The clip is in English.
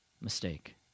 mistake